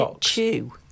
chew